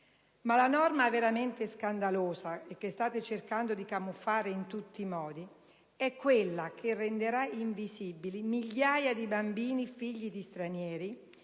la norma veramente scandalosa che state cercando di camuffare in tutti i modi è quella che renderà invisibili migliaia di bambini figli di stranieri,